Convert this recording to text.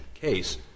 case